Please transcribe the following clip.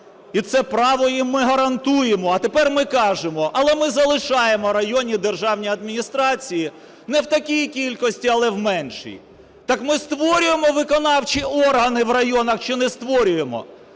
І це право їм ми гарантуємо. А тепер ми кажемо: але ми залишаємо районні державні адміністрації не в такій кількості, але в меншій. Так ми створюємо виконавчі органи в районах чи не створюємо?